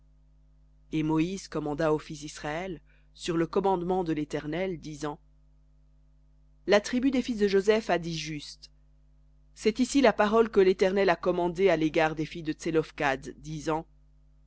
et moïse commanda aux fils d'israël sur le commandement de l'éternel disant la tribu des fils de joseph a dit juste cest ici la parole que l'éternel a commandée à l'égard des filles de